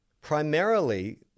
primarily